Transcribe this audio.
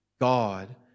God